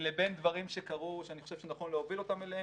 -- לבין דברים שקרו שאני חושב שנכון להוביל אותם אליהם.